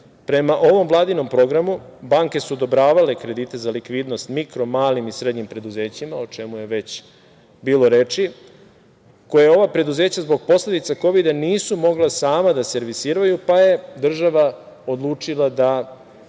ovom vladinom programu, banke su odobravale kredite za likvidnost mikro, malim i srednjim preduzećima, o čemu je već bilo reči, koje ova preduzeća zbog posledica Kovida nisu mogla sama da servisiraju, pa je država odlučila da